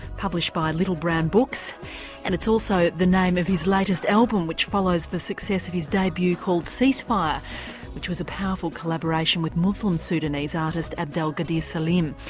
published by little brown books and it's also the name of his latest album which follows the success of his debut debut called ceasefire which was a powerful collaboration with muslim sudanese artist abdel gadir salim.